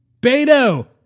Beto